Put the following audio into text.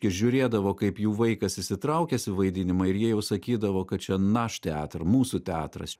ir žiūrėdavo kaip jų vaikas įsitraukęs į vaidinimą ir jie jau sakydavo kad čia nash teatr mūsų teatras